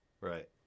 Right